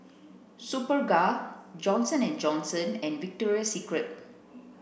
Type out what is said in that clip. Superga Johnson and Johnson and Victoria Secret